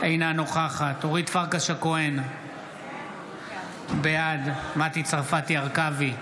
אינה נוכחת אורית פרקש הכהן, בעד מטי צרפתי הרכבי,